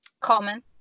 common